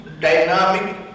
dynamic